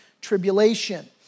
Tribulation